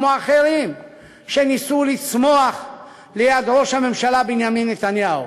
כמו אחרים שניסו לצמוח ליד ראש הממשלה בנימין נתניהו.